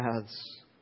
paths